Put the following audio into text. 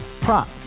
Prop